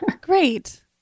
Great